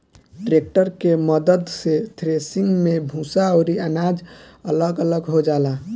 tractor के मद्दत से थ्रेसिंग मे भूसा अउरी अनाज अलग अलग हो जाला